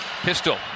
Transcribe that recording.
Pistol